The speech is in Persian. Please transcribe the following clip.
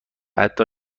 حتی